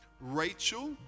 Rachel